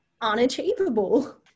unachievable